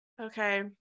Okay